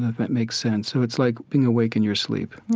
that makes sense. so it's like being awake in your sleep